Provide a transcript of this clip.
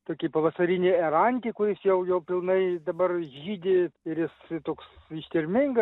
tokį pavasarinį erankį kuris jau jau pilnai dabar žydi ir jis toks ištvermingas